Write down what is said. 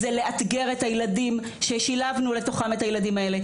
זה לאתגר את הילדים ששילבנו לתוכם את הילדים האלה.